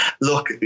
look